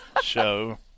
show